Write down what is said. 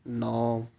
ਨੌਂ